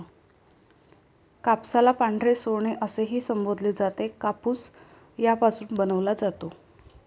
कापसाला पांढरे सोने असेही संबोधले जाते, कापूस यापासून बनवला जातो